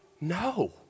No